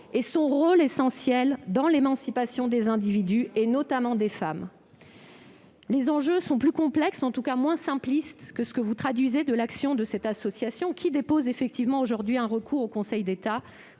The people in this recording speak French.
républicains et dans l'émancipation des individus, notamment des femmes. Les enjeux sont plus complexes, en tout cas moins simplistes, que ce que vous décrivez de l'action de l'association qui dépose effectivement un recours devant le Conseil d'État